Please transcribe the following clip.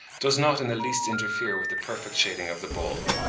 does not in the least interfere with the perfect shading of the ball.